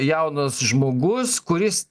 jaunas žmogus kuris